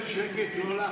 שקט, לא להפריע.